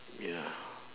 ya